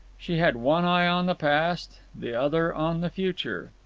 she had one eye on the past, the other on the future.